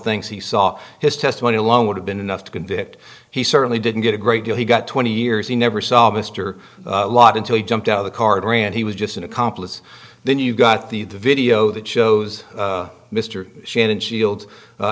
things he saw his testimony alone would have been enough to convict he certainly didn't get a great deal he got twenty years he never saw mr lott until he jumped out of the car grand he was just an accomplice then you got the video that shows mr shannon shields